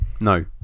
no